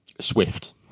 swift